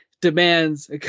demands